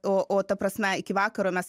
o o ta prasme iki vakaro mes